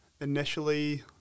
Initially